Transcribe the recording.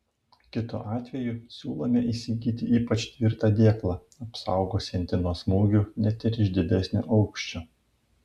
kitu atveju siūlome įsigyti ypač tvirtą dėklą apsaugosiantį nuo smūgių net ir iš didesnio aukščio